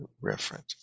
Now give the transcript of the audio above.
reference